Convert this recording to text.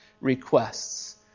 requests